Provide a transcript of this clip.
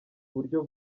buryo